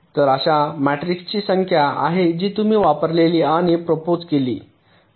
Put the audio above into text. तर अशा मॅट्रिक्सची संख्या आहे जी तुम्ही वापरली आणि प्रोपोज्ड केली